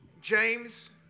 James